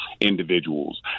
individuals